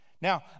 now